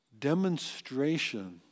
demonstration